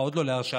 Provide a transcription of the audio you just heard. לא להרשעה,